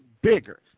bigger